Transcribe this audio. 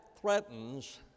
threatens